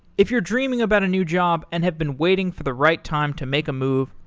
if you're dreaming about a new job and have been waiting for the right time to make a move,